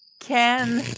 can.